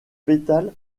pétales